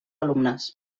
alumnes